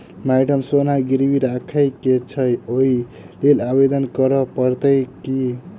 Madam सोना गिरबी राखि केँ छैय ओई लेल आवेदन करै परतै की?